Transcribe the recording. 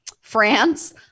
France